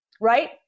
right